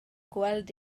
gweld